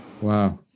Wow